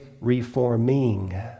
reforming